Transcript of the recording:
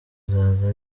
izaza